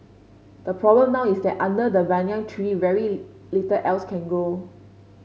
the problem now is that under the banyan tree very little else can grow